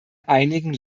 einigen